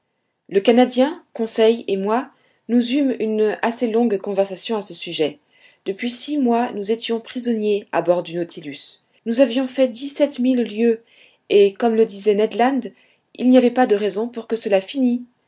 la canadien conseil et moi nous eûmes une assez longue conversation à ce sujet depuis six mois nous étions prisonniers à bord du nautilus nous avions fait dix-sept mille lieues et comme le disait ned land il n'y avait pas de raison pour que cela finît